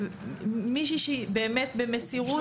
מישהי שבאמת עובדת במסירות.